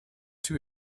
too